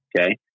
Okay